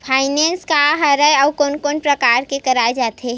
Finance का हरय आऊ कोन कोन प्रकार ले कराये जाथे?